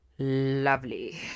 lovely